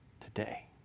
today